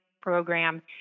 program